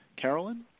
Carolyn